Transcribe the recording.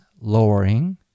lowering